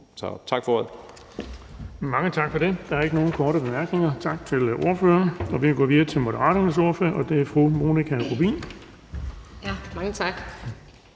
Tak for ordet.